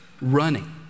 running